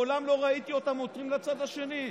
דרך אגב, מעולם לא ראיתי אותם עותרים לצד השני,